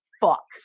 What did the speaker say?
fuck